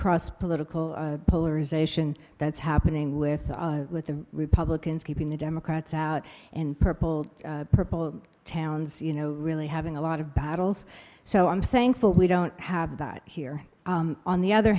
cross political polarization that's happening with with the republicans keeping the democrats out in purple purple towns you know really having a lot of battles so i'm thankful we don't have that here on the other